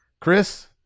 Chris